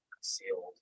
sealed